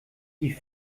die